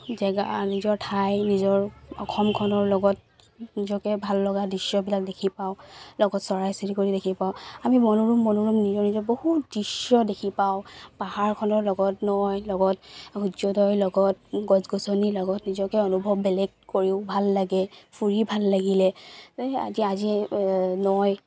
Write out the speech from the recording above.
জেগা নিজৰ ঠাই নিজৰ অসমখনৰ লগত নিজকে ভাল লগা দৃশ্যবিলাক দেখি পাওঁ লগত চৰাই চিৰিকটি দেখি পাওঁ আমি মনোৰম মনোৰম নিজৰ নিজৰ বহুত দৃশ্য দেখি পাওঁ পাহাৰখনৰ লগত নৈ লগত সূৰ্যোদয়ৰ লগত গছ গছনিৰ লগত নিজকে অনুভৱ বেলেগ কৰিও ভাল লাগে ফুৰি ভাল লাগিলে আজি আজি নৈ